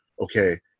okay